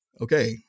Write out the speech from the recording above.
okay